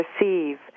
receive